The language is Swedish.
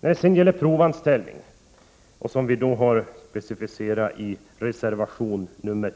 Beträffande provanställning, som tas upp i reservation